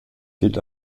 gilt